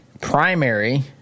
primary